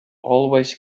always